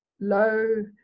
low